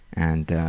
and